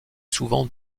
souvent